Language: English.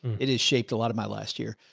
it has shaped a lot of my last year.